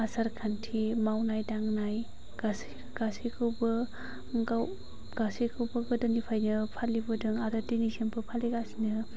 आसार खान्थि मावनाय दांनाय गासै गासैखौबो गाव गासैखौबो गोदोनिफ्रायनो फालिबोदों आरो दिनैसिमबो फालिगासिनो